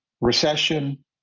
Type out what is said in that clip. recession